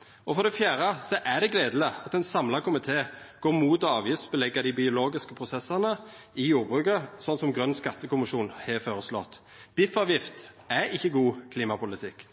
jordbruket. For det fjerde er det gledeleg at ein samla komité går imot å leggja avgift på dei biologiske prosessane i jordbruket, slik som Grøn skattekommisjon har føreslått. Biffavgift er ikkje god klimapolitikk.